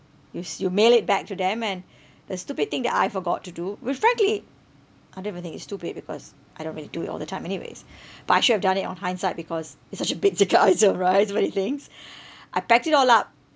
you s~ you mail it back to them and the stupid thing that I forgot to do which frankly I don't even think it's stupid because I don't really do it all the time anyways but I should have done it on hindsight because it's such a big right so many things I packed it all up